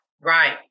Right